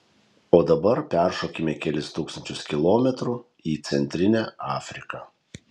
o dabar peršokime kelis tūkstančius kilometrų į centrinę afriką